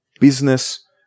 business